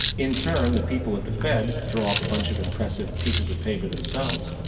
in turn the people of the fed drop a bunch of impressive pieces of papers themselves.